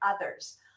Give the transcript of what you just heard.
others